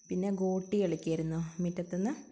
പിന്നെ ഗോട്ടി കളിക്കുമായിരുന്നു മുറ്റത്ത് നിന്ന്